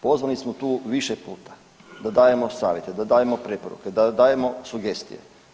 Pozvani smo tu više puta da dajemo savjete, da dajemo preporuke, da dajemo sugestije.